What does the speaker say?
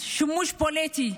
שימוש פוליטי.